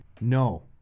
no